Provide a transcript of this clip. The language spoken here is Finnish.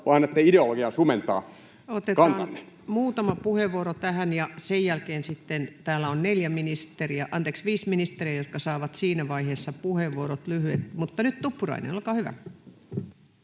esityksistä Time: 16:24 Content: Otetaan muutama puheenvuoro tähän, ja sen jälkeen täällä on neljä ministeriä, anteeksi viisi ministeriä, jotka saavat siinä vaiheessa lyhyet puheenvuorot. — Mutta nyt Tuppurainen, olkaa hyvä.